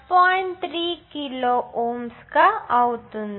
3 kilo Ωs గా అవుతుంది